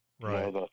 Right